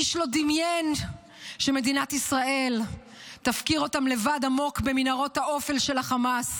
איש לא דמיין שמדינת ישראל תפקיר אותם לבד עמוק במנהרות האופל של חמאס.